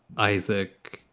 isaac,